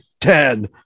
ten